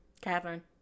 Catherine